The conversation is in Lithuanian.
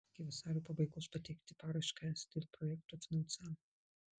iki vasario pabaigos pateikti paraišką es dėl projekto finansavimo